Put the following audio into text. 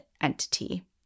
entity